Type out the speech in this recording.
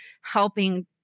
helping